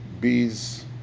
bees